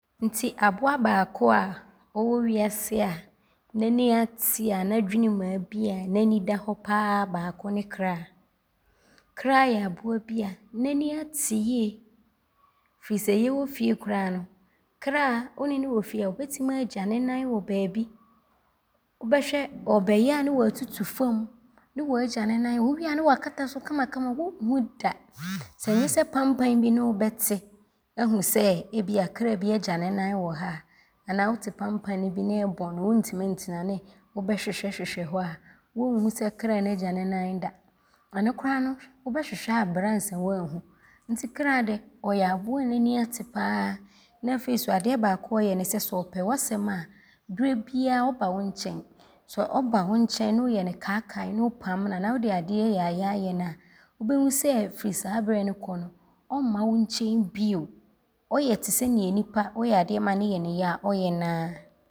Nti aboa baako a ɔwɔ wiase a, n’ani ate a n’adwenem abie a n’ani da hɔ pa ara baako yɛ kraa. Kraa yɛ aboa bi a n’ani ate yie firi sɛ yɛwɔ fie koraa no, kraa, wo ne no wɔ fie a ɔbɛtim aagya ne nane wɔ baabi. Wobɛhwɛ ɔrebɛyɛ a ne waatutu fam ne waagya ne nane wɔ hɔ. Ɔwieeɛ ara ne waakata so kamakama. Wonhu da. Sɛ nyɛ sɛ pampane bi ne wobɛte ahu sɛ ebia kraa bi agya ne nane wɔ ha a anaa wote pampane bi ne ɔbɔno wontim ntena ne wobɛhwehwɛhwehwɛ hɔ a, wonhu sɛ kraa no agya ne nane da. Ɔno koraa no, wobɛhwehwɛ aabrɛ ansa woaahu nti kraa deɛ, ɔyɛ aboa bi a n’ani ate pa ara ne afei so adeɛ baako a ɔyɛ ne sɛ, sɛ ɔpɛ w’asɛm a, dabiaa ɔba wo nkyɛne. Sɛ ɔba wo nkyɛne ne woyɛ ne kaakae, ne wopam na a anaa wode adeɛ yaayaa yɛ na a, wobɛhu sɛ firi saa berɛ ne kɔ no, ɔmma wo nkyɛne bio. Ɔyɛ te sɛ nnipa woyɛ adeɛ ma ne yɛ ne ya a ɔyɛ na a.